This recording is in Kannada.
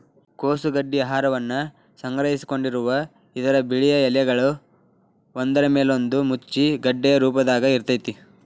ಕೋಸು ಗಡ್ಡಿ ಆಹಾರವನ್ನ ಸಂಗ್ರಹಿಸಿಕೊಂಡಿರುವ ಇದರ ಬಿಳಿಯ ಎಲೆಗಳು ಒಂದ್ರಮೇಲೊಂದು ಮುಚ್ಚಿ ಗೆಡ್ಡೆಯ ರೂಪದಾಗ ಇರ್ತೇತಿ